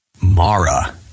Mara